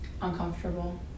uncomfortable